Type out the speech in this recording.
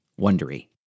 Wondery